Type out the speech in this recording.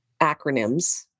acronyms